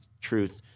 Truth